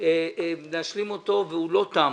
אבל הוא לא תם.